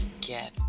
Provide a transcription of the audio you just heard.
Get